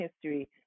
history